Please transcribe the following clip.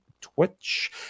Twitch